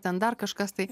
ten dar kažkas tai